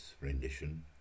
rendition